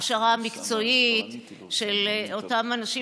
ההכשרה המקצועית של אותם אנשים,